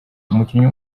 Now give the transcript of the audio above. umukinnyi